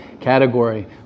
category